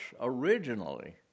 originally